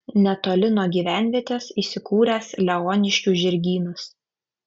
netoli nuo gyvenvietės įsikūręs leoniškių žirgynas